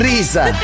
Risa